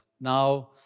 now